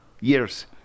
years